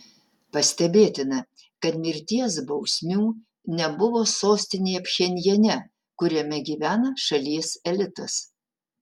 pastebėtina kad mirties bausmių nebuvo sostinėje pchenjane kuriame gyvena šalies elitas